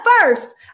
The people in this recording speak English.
first